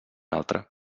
altre